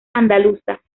andaluza